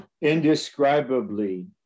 indescribably